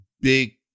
big